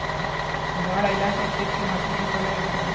बाढ़ अईला से खेत के माटी ठीक होला या खराब?